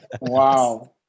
Wow